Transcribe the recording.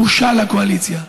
בושה לקואליציה.